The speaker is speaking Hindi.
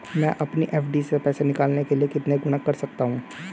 मैं अपनी एफ.डी से पैसे निकालने के लिए कितने गुणक कर सकता हूँ?